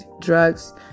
drugs